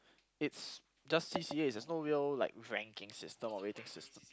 it's just C_C_As there's no real like ranking system or rating system